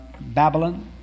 Babylon